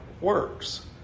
works